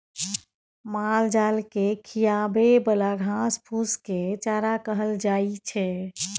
मालजाल केँ खिआबे बला घास फुस केँ चारा कहल जाइ छै